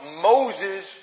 Moses